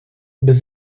без